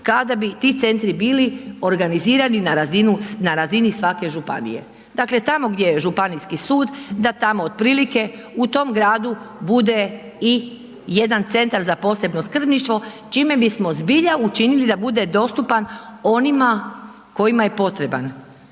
kada bi ti centri bili organizirani na razini svake županije. Dakle, tamo gdje je županijski sud da tamo otprilike u tom gradu bude i jedan centar za posebno skrbništvo čime bismo zbilja učinili da bude dostupan onima kojima je potreban.